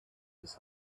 his